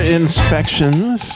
inspections